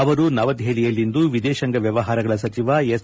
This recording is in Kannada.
ಅವರು ನವದೆಹಲಿಯಲ್ಲಿಂದು ವಿದೇಶಾಂಗ ವ್ಯವಹಾರಗಳ ಸಚಿವ ಎಸ್